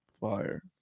fire